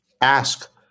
ask